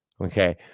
Okay